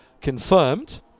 confirmed